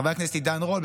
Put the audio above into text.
חבר הכנסת עידן רול,